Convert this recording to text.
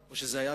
או שזה היה,